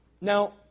Now